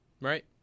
right